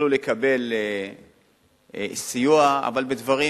יוכלו לקבל סיוע, אבל בדברים